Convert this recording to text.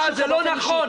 סליחה, זה לא נכון.